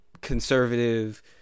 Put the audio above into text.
conservative